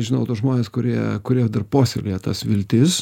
žinau tuos žmones kurie kurie dar puoselėja tas viltis